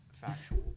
factual